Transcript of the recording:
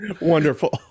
Wonderful